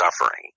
suffering